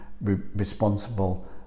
responsible